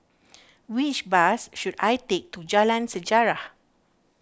which bus should I take to Jalan Sejarah